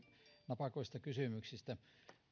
napakoista kysymyksistä